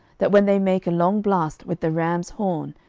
that when they make a long blast with the ram's horn,